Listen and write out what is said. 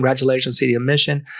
congratulations city of mission.